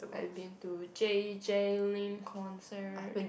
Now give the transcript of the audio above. I been J J Lin concert